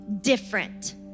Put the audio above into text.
different